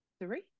three